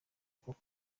koko